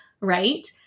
right